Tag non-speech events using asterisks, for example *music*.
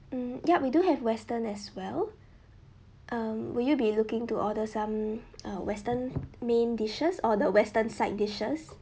mm yup we do have western as well um would you be looking to order some *noise* uh western main dishes or the western side dishes